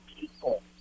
people